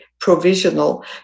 provisional